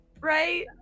right